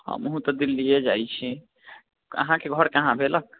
हमहुँ तऽ दिल्लीयै जाइ छी अहाँके घर कहाँ भेल